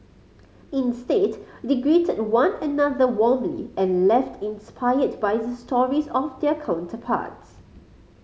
instead they greeted one another warmly and left inspired by the stories of their counterparts